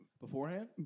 beforehand